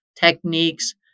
Techniques